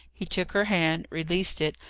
he took her hand, released it,